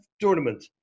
tournament